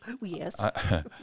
Yes